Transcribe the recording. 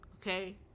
Okay